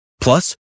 Plus